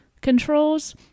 controls